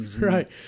Right